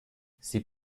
sie